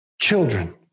Children